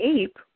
ape